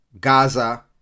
Gaza